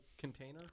container